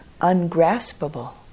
ungraspable